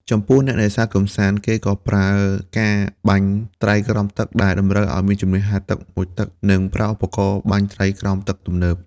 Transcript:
ចំពោះអ្នកនេសាទកម្សាន្ត គេក៏ប្រើ ការបាញ់ត្រីក្រោមទឹក ដែលតម្រូវឲ្យមានជំនាញហែលទឹក មុជទឹក និងប្រើឧបករណ៍បាញ់ត្រីក្រោមទឹកទំនើប។